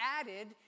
added